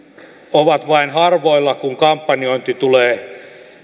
ovat vain harvoilla kun kampanjointi tulee